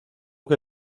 que